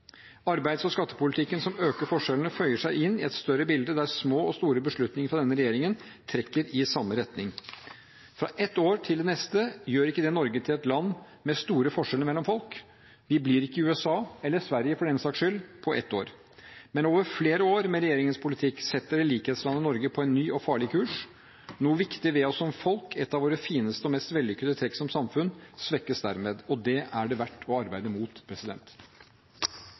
Arbeids- og skattepolitikken som øker forskjellene, føyer seg inn i et større bilde der små og store beslutninger fra denne regjeringen trekker i samme retning. Fra ett år til det neste gjør ikke det Norge til et land med store forskjeller mellom folk. Vi blir ikke USA, eller Sverige for den saks skyld, på ett år. Men over flere år med regjeringens politikk setter det likhetslandet Norge på en ny og farlig kurs. Noe viktig ved oss som folk, ett av våre fineste og mest vellykkede trekk som samfunn, svekkes dermed. Og det er det verdt å arbeide mot.